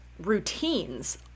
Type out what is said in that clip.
Routines